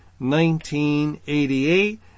1988